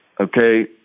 Okay